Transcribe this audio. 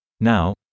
Now